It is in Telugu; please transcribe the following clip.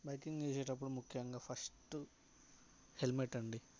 బైకింగ్ చేసేటప్పుడు ముఖ్యంగా ఫస్ట్ హెల్మెట్ అండి